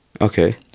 Okay